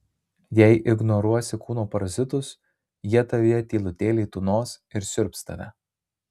jei ignoruosi kūno parazitus jie tavyje tylutėliai tūnos ir siurbs tave